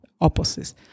Opposites